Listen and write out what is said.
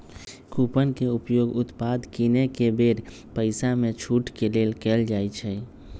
coupon के उपयोग उत्पाद किनेके बेर पइसामे छूट के लेल कएल जाइ छइ